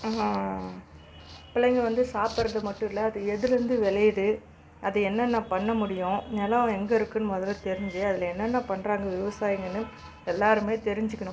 பிள்ளைங்க வந்து சாப்பிட்றது மட்டும் இல்லை அது எதுலேருந்து விளையுது அத என்னென்ன பண்ண முடியும் நிலம் எங்கே இருக்குனு முதல்ல தெரிஞ்சு அதில் என்னென்ன பண்ணுறாங்க விவசாயிங்கன்னு எல்லோருமே தெரிஞ்சுக்கணும்